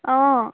অঁ